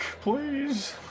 please